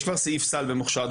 יש כבר סעיף סל במוכש"ר,